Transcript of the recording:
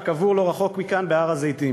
הקבור לא רחוק מכאן בהר-הזיתים,